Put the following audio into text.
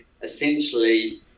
essentially